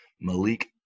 Malik